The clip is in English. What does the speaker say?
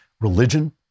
religion